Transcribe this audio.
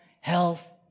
health